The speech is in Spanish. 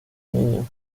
niño